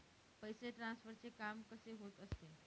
पैसे ट्रान्सफरचे काम कसे होत असते?